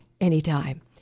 anytime